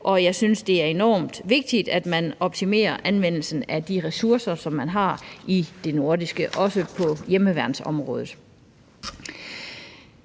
og jeg synes, det er enormt vigtigt, at man optimerer anvendelsen af de ressourcer, som man har i det nordiske, også på hjemmeværnsområdet.